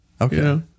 Okay